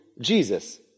Jesus